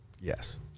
Yes